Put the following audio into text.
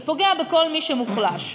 זה פוגע בכל מי שמוחלש.